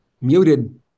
Muted